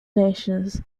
nations